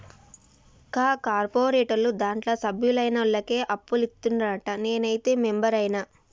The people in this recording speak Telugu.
కా కార్పోరేటోళ్లు దాంట్ల సభ్యులైనోళ్లకే అప్పులిత్తరంట, నేనైతే మెంబరైన